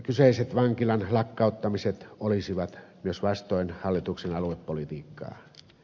kyseiset vankilan lakkauttamiset olisivat myös vastoin hallituksen aluepolitiikkaa